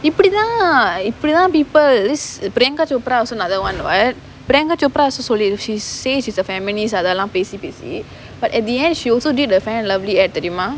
இப்படிதான் இப்படித்தான்:ippadithan ippadithaan people's priyanka chopra was another one priyanka chopra also சொல்லி இரு:solli iru she says she's a feminist அதலாம் பேசி பேசி:athalaam pesi pesi but at the end she also did a Fair & Lovely advertisement தெரியுமா:theriyumaa